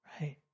right